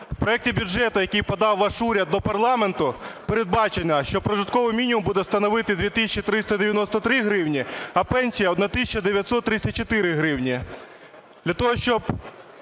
У проекті бюджету, який подав ваш уряд до парламенту, передбачено, що прожитковий мінімум буде станови 2 тисячі 393 гривні, а пенсія – 1 тисяча 934 гривні.